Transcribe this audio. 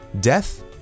death